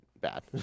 bad